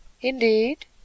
Indeed